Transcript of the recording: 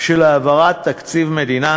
של העברת תקציב מדינה,